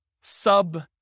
sub